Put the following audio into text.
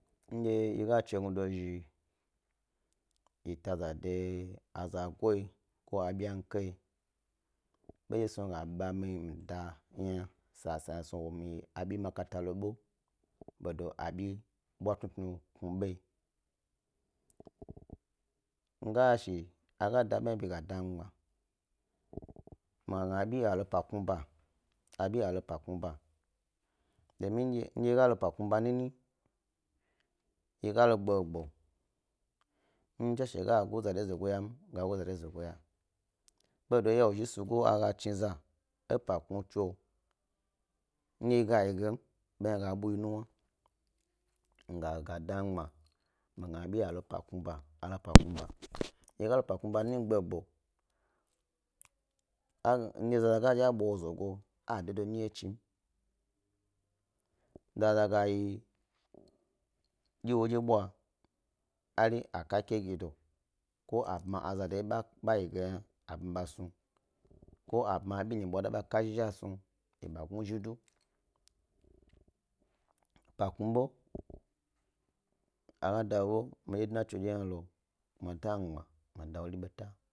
Yi ga chagnudo zhi yi ta eza de azagoyi ko de a byakai ɓo snu wo ɓa mi, mi da sa sayi yna abi makata la ɓe, ɓedo azi bwa tnu tnu snu ɓoyi, mi ga yashi aga da ɓo hana ɓi hadye da mi gbma mi ga gna abi ɓa lo pa kpmi ba, ba lo pa kpmi ba. Domin ndye he ga lo pa kpmi ba nini he ga lo ga gbawo-gbawo ndye tswashe gu zado zogo ynam wo gag u zado ya bedo eya wo zhi esugo agachi za e pa kpmi tso ndye ga yi gem be hna ga buyi nuwna, ga da mi gbma mi ga gna abi ba lo pakpmi ba kpakam he ga lo pa kpmi ba nini gba gbau, nnyi zaga bwa wo zo go a dedo nyi wye chim zaza ga dyi ewo dye bwa hari a kake gido ko a bma a zandye ba yi ge yma snu, ko a bma abi nyi bwa da be ka zhi zhi snug e sa gnu zhi do. Pa kpmi ɓa, aga da midye dna tso hnalo kuma da mi gbma mi da wori beta.